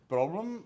Problem